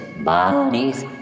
bodies